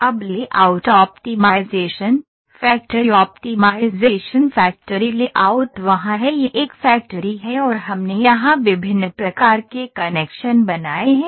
अब layout optimization factory optimization factory layout वहाँ है यह एक फ़ैक्टरी है और हमने यहाँ विभिन्न प्रकार के कनेक्शन बनाए हैं